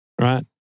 right